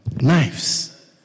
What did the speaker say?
knives